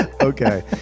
Okay